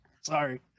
Sorry